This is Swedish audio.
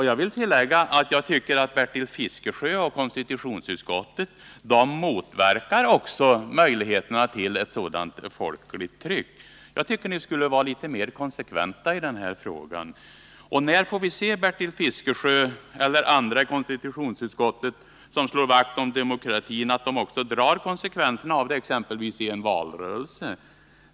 Jag vill tillägga att jag tycker att Bertil Fiskesjö och konstitutionsutskottet motverkar möjligheterna till ett sådant folkligt tryck. Ni borde vara litet mer konsekventa i den här frågan. När får vi se Bertil Fiskesjö eller andra ledamöter av konstitutionsutskottet, som slår vakt om demokratin, dra konsekvenserna exempelvis i en valrörelse?